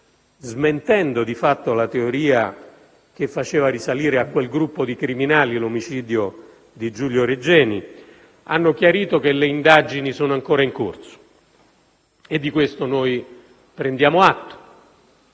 smentendo di fatto la teoria che faceva risalire a quel gruppo di criminali l'omicidio di Giulio Regeni, hanno chiarito che le indagini sono ancora in corso e di questo noi prendiamo atto,